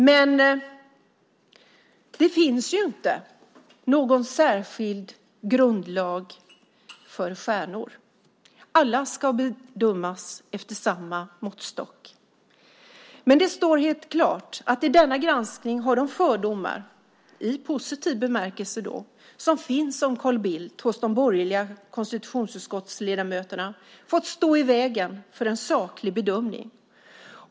Men det finns ingen särskild grundlag för stjärnor. Alla ska bedömas efter samma måttstock. Det står helt klart att i denna granskning har de fördomar, i positiv benmärkelse, som finns om Carl Bildt hos de borgerliga konstitutionsutskottsledamöterna fått stå i vägen för en saklig bedömning.